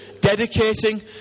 dedicating